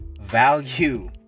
value